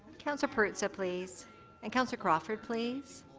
councillor perruzza, please and councillor crawford, please.